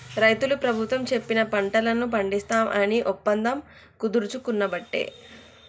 రైతులు ప్రభుత్వం చెప్పిన పంటలను పండిస్తాం అని ఒప్పందం కుదుర్చుకునబట్టే